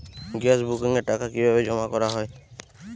Gas বুকিংয়ের টাকা কিভাবে জমা করা হয়?